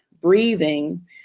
breathing